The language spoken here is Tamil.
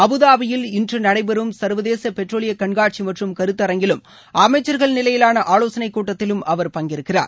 அபுதாபில் இன்று நடைபெறும் சர்வதேச பெட்ரோலிய கண்காட்சி மற்றும் கருத்தரங்கிலும் அமைச்சர்கள் நிலையிலான ஆலோசனைக் கூட்டத்திலும் அவர் பங்கேற்கிறார்